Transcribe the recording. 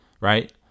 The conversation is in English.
right